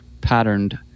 patterned